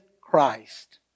Christ